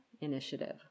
initiative